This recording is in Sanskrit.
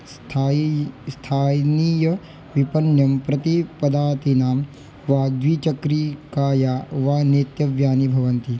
स्थायि स्थायिन्नीयविपण्यं प्रति पदातिनां वा द्विः वा नेत्तव्यानि भवन्ति